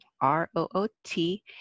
R-O-O-T